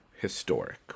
historic